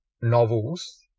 novels